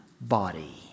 body